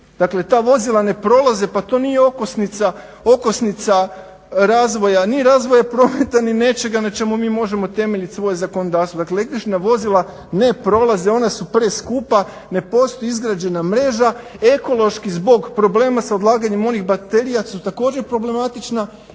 Dakle ta vozila ne prolaze, pa to nije okosnica razvoja ni razvoja prometa ni nečega na čemu mi možemo temeljiti svoje zakonodavstvo. Dakle električna vozila ne prolaze, ona su preskupa, ne postoji izgrađena mreža ekološki zbog problema s odlaganjem onih baterija su također problematična